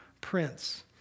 Prince